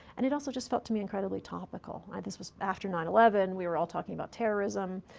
and it also just felt to me incredibly topical. this was after nine eleven. we were all talking about terrorism.